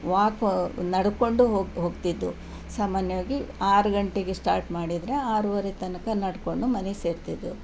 ವಾಕು ನಡ್ಕೊಂಡು ಹೋಗಿ ಹೋಗ್ತಿದ್ದೆವು ಸಾಮಾನ್ಯವಾಗಿ ಆರು ಗಂಟೆಗೆ ಸ್ಟಾರ್ಟ್ ಮಾಡಿದರೆ ಆರೂವರೆ ತನಕ ನಡ್ಕೊಂಡು ಮನೆ ಸೇರ್ತಿದ್ದೆವು